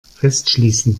festschließen